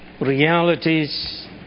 realities